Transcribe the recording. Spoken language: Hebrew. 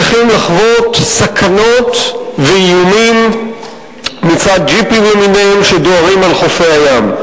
צריכים לחוות סכנות ואיומים מצד ג'יפים למיניהם שדוהרים על חופי הים.